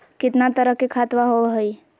कितना तरह के खातवा होव हई?